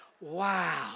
wow